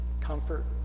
comfort